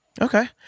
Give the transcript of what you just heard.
okay